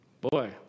Boy